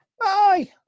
bye